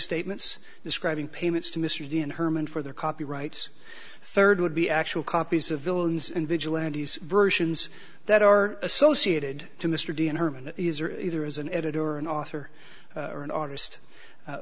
statements describing payments to mr d and herman for their copyrights third would be actual copies of villains and vigilantes versions that are associated to mr d and herman either as an editor and author or an artist